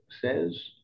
says